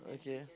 okay